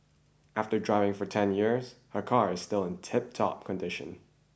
after driving for ten years her car is still in tiptop condition